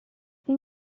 این